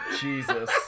Jesus